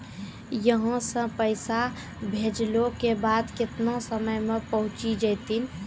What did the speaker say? यहां सा पैसा भेजलो के बाद केतना समय मे पहुंच जैतीन?